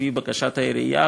לפי בקשת העירייה,